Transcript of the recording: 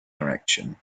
direction